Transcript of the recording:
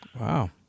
Wow